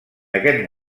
aquest